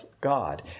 God